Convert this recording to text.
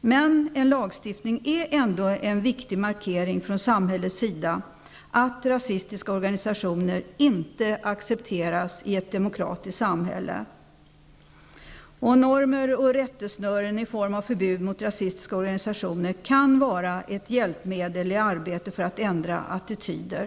men en lagstiftning är ändå en viktig markering från samhällets sida att rasistiska organisationer inte accepteras i ett demokratiskt samhälle. Normer och rättesnören i form av förbud mot rasistiska organisationer kan vara ett hjälpmedel i arbetet för att ändra attityder.